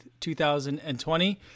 2020